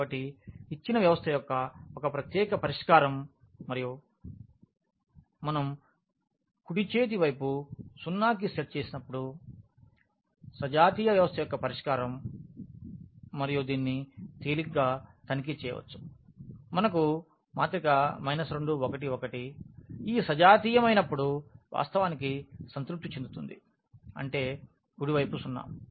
కాబట్టి ఇచ్చిన వ్యవస్థ యొక్క ఒక ప్రత్యేక పరిష్కారం మరియు మనం కుడి చేతి వైపు 0 కి సెట్ చేసినప్పుడు సజాతీయ వ్యవస్థ యొక్క పరిష్కారం మరియు దీనిని తేలికగా తనిఖీ చేయవచ్చు మనకు 2 1 1 ఈ సజాతీయమైనప్పుడు వాస్తవానికి సంతృప్తి చెందుతుంది అంటే కుడి వైపు 0